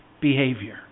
behavior